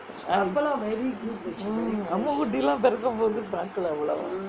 அம்முகுட்டிலாம் பிறக்கும் போது பாக்கலே அவ்வளவா:ammukuttilaam pirakkum pothu paakkalae avvalavaa